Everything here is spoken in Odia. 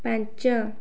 ପାଞ୍ଚ